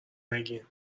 نگین